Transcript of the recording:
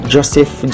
Joseph